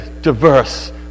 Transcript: diverse